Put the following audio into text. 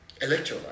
electrolyte